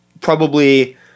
probably-